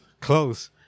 Close